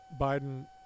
Biden